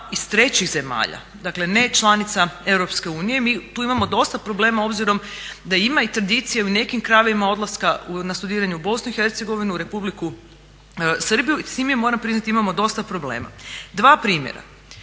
iz trećih zemalja, dakle nečlanica Europske unije, mi tu imamo dosta problema obzirom da ima i tradicije u nekim krajevima odlaska na studiranje u Bosnu i Hercegovinu, u Republiku Srbiju i s time moram priznati imamo dosta problema. Dva primjera,